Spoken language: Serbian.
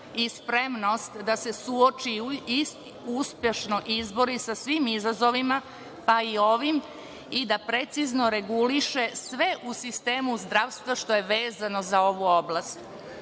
i spremnost da se suoči i uspešno izbori sa svim izazovima, pa i ovim, i da precizno reguliše sve u sistemu zdravstva što je vezano za ovu oblast. Dug